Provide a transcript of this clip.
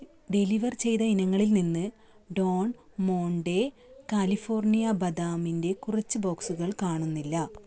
deliver ചെയ്ത ഇനങ്ങളിൽ നിന്ന് ഡോൺ മോണ്ടെ കാലിഫോർണിയ ബദാമിന്റെ കുറച്ച് ബോക്സുകൾ കാണുന്നില്ല